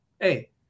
hey